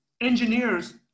engineers